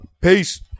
Peace